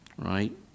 Right